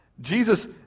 Jesus